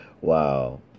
Wow